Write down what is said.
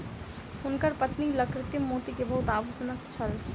हुनकर पत्नी लग कृत्रिम मोती के बहुत आभूषण छल